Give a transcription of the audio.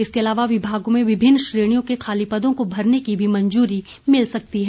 इसके अलावा विभागों में विभिन्न श्रेणियों के खाली पदों को भरने की भी मंजूरी मिल सकती है